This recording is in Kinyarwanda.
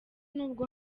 nubwo